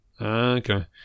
Okay